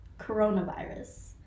coronavirus